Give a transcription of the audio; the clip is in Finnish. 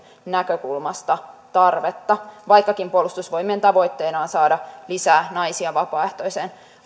näkökulmasta tarvetta vaikkakin puolustusvoimien tavoitteena on saada lisää naisia vapaaehtoiseen